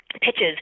pitches